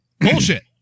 Bullshit